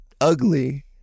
ugly